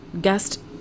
guest